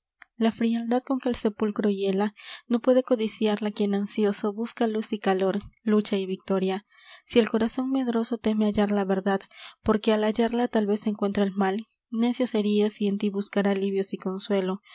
la fraldad con que el sepulcro hiela no puede codiciarla quien ansioso busca luz y calor lucha y victoria si el corazon medroso teme hallar la verdad porque al hallarla tal vez encuentre el mal necio sería si en tí buscara alivios y consuelo